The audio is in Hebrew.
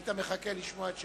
היית מחכה לשמוע את השאלות.